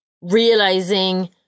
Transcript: realizing